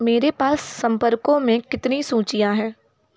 मेरे पास संपर्कों में कितनी सूचियाँ हैं